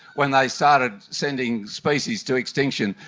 when they started sending species to extinction?